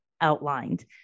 outlined